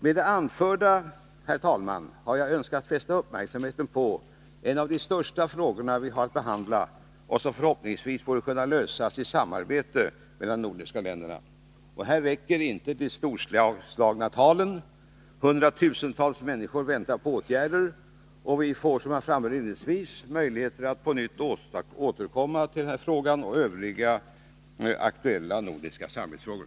Med det anförda, herr talman, har jag önskat fästa uppmärksamheten på en av de största frågor som vi har att behandla och som förhoppningsvis borde kunna lösas i samarbete mellan de nordiska länderna. Här räcker inte de storslagna talen. Hundratusentals människor väntar på åtgärder. Vi får — som jag framhöll inledningsvis — möjligheter att på nytt återkomma till denna fråga och övriga aktuella nordiska samarbetsfrågor.